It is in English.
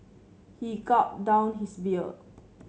he gulped down his beer